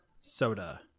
Soda